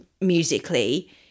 musically